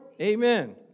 Amen